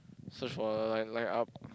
search for line line up